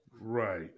Right